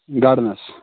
گرنَس